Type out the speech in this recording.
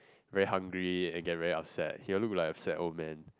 very hungry and can very upset he will look like a siao man